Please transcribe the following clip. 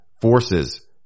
forces